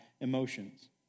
emotions